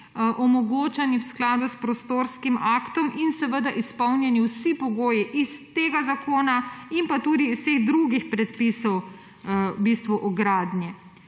objekti v skladu s prostorskim aktom in seveda izpolnjeni vsi pogoji iz tega zakona in tudi iz vseh drugih predpisov gradnje.